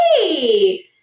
hey